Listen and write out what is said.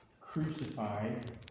crucified